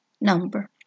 number